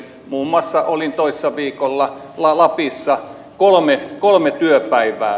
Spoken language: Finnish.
muun muassa olin toissa viikolla lapissa kolme työpäivää